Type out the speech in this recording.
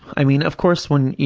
i mean, of course when, you